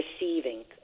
receiving